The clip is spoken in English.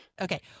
okay